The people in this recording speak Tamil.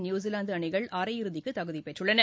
நியூஸிலாந்துஅணிகள் அரையிறுதிக்குதகுதிபெற்றுள்ளன